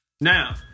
Now